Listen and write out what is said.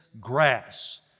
grass